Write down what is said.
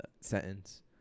sentence